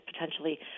potentially